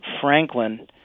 Franklin